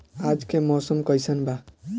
आज के मौसम कइसन बा?